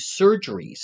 surgeries